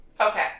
Okay